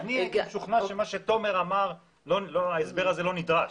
אני משוכנע שההסבר שתומר מוסקוביץ' אמר איננו נדרש.